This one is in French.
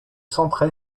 centre